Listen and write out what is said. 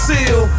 Seal